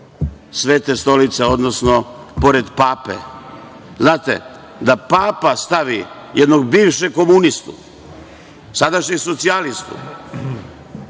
Svete stolice, odnosno pored pape. Znate, da papa stavi jednog bivšeg komunistu, sadašnjeg socijalistu,